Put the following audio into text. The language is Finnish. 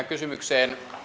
kysymykseen